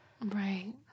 Right